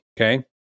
Okay